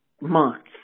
months